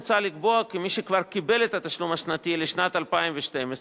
מוצע לקבוע כי מי שכבר קיבל את התשלום השנתי לשנת 2012,